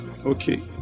okay